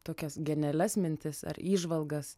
tokias genialias mintis ar įžvalgas